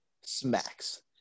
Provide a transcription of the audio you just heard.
smacks